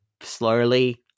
slowly